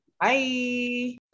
Bye